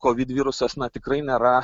covid virusas na tikrai nėra